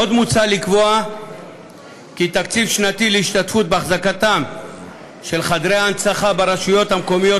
עוד מוצע לקבוע כי תקציב שנתי להשתתפות בהחזקת חדרי הנצחה ברשויות המקומיות